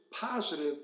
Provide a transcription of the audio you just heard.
positive